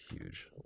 huge